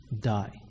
die